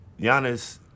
Giannis